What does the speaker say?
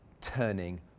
turning